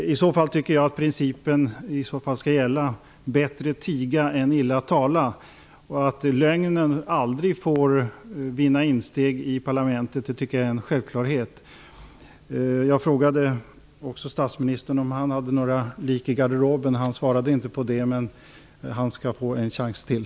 I så fall tycker jag att principen bättre tiga än illa tala skall gälla. Det är en självklarhet att lögnen aldrig skall få vinna insteg i parlamentet. Jag frågade också statsministern om han hade några lik i garderoben. Han svarade inte på den frågan, men han skall få en chans till.